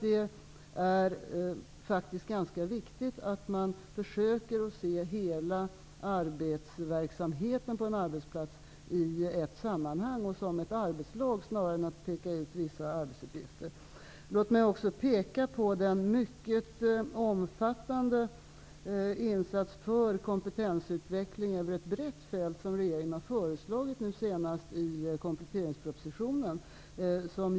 Det är faktiskt ganska viktigt att man försöker se hela arbetsverksamheten på en arbetsplats i ett sammanhang och som ett arbetslag snarare än att peka ut vissa arbetsuppgifter. Låt mig också peka på den mycket omfattande insats för kompetensutveckling över ett brett fält som regeringen nu senast har föreslagit i kompletteringspropositionen.